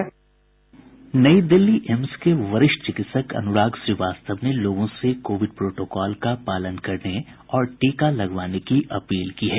नई दिल्ली एम्स के वरिष्ठ चिकित्सक अनुराग श्रीवास्तव ने लोगों से कोविड प्रोटोकॉल का पालन करने और टीका लगवाने की अपील की है